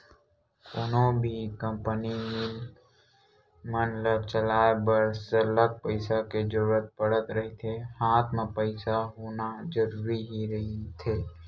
कोनो भी company, mill मन ल चलाय बर सरलग पइसा के जरुरत पड़त रहिथे हात म पइसा होना जरुरी ही रहिथे